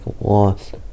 lost